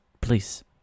please